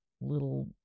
little